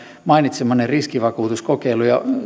mainitsemanne riskivakuutuskokeilu ja